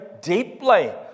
deeply